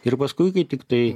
ir paskui kai tiktai